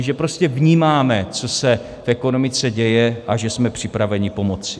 Že prostě vnímáme, co se v ekonomice děje, a že jsme připraveni pomoci.